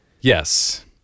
Yes